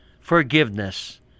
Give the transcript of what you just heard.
forgiveness